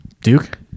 Duke